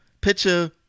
picture